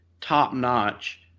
top-notch